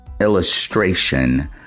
illustration